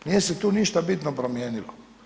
Nije se tu ništa bitno promijenilo.